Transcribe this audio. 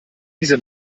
diese